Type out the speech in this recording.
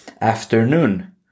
Afternoon